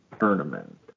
tournament